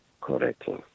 correctly